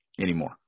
anymore